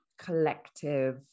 collective